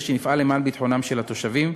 כדי שנפעל למען ביטחונם של התושבים?